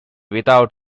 without